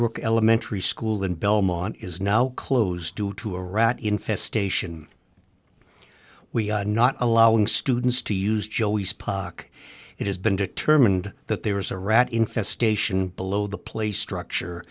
brook elementary school in belmont is now closed due to a rat infestation we are not allowing students to use joey's pock it has been determined that there is a rat infestation below the play structure